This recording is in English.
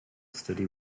study